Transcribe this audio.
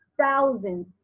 thousands